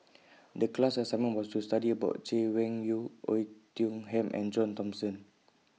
The class assignment was to study about Chay Weng Yew Oei Tiong Ham and John Thomson